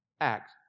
Act